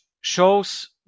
shows